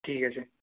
ঠিক আছে